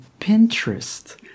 Pinterest